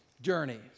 journey